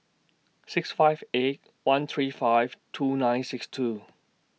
six five eight one three five two nine six two